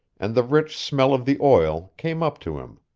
and the rich smell of the oil came up to him.